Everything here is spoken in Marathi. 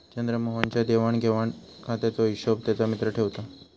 चंद्रमोहन च्या देवाण घेवाण खात्याचो हिशोब त्याचो मित्र ठेवता